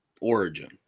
Origin